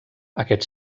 aquest